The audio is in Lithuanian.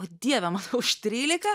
o dieve mano už trylika